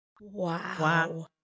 Wow